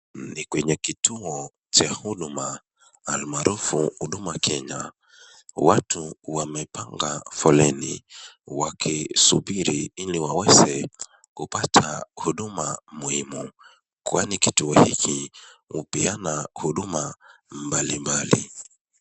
Ni kwenye kituo cha huduma, almarufu huduma Kenya. Watu wamepanga foleni wakisubiri ili waweze kupata huduma muhimu kwani kituo hiki hupeana huduma mbalimbali.